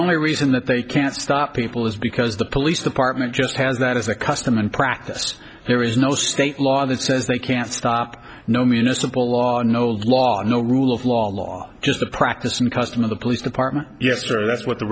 only reason that they can't stop people is because the police department just has that as a custom and practice there is no state law that says they can't stop no municipal law and no law no rule of law because the practice in custom of the police department yesterday that's what the